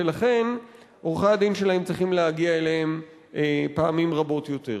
ולכן עורכי-הדין שלהם צריכים להגיע אליהם פעמים רבות יותר.